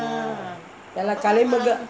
ya lah kalaimagal